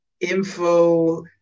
info